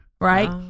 Right